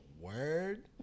word